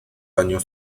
años